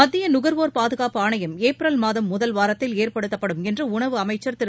மத்திய நுகள்வோர் பாதுகாப்பு ஆணையம் ஏப்ரல் மாதம் முதல் வாரத்தில் ஏற்படுத்தப்படும் என்று உணவு அமைச்சர் திரு